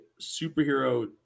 superhero